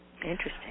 Interesting